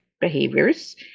behaviors